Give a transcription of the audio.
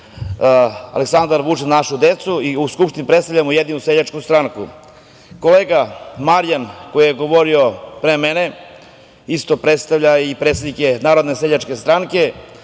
Aleksandar Vučić – Za našu decu i u Skupštini predstavljam Ujedinjenu seljačku stranku. Kolega Marijan, koji je govorio pre mene, predstavlja i predsednik je Narodne seljačke stranke.